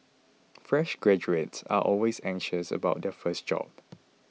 fresh graduates are always anxious about their first job